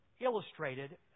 illustrated